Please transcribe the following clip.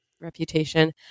Reputation